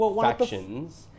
factions